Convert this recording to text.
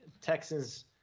Texans